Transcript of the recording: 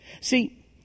See